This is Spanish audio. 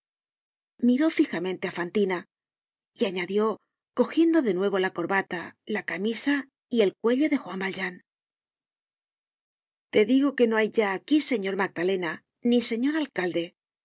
miró fijamente á fantina y añadió cogiendo de nuevo la corbata la camisa y el cuello de juan valjean te digo que no hay ya aquí señor magdalena ni señor alcalde